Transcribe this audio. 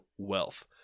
wealth